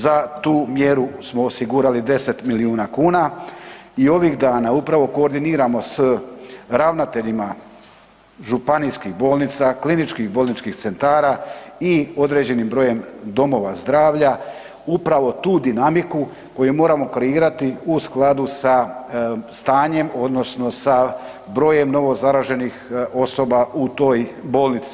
Za tu mjeru smo osigurali 10 milijuna kuna i ovih dana upravo koordiniramo s ravnateljima županijskih bolnica, kliničkih bolničkih centara i određenim brojem domova zdravlja upravo tu dinamiku koju moramo kreirati u skladu sa stanjem odnosno sa brojem novozaraženih osoba u toj bolnici.